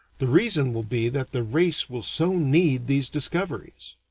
the reason will be that the race will so need these discoveries.